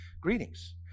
greetings